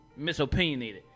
misopinionated